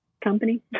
Company